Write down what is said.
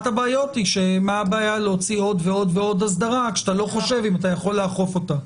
מה הבעיה להוציא עוד ועוד אסדרה כשאתה לא חושב אם אתה יכול לאכוף אותה?